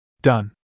Done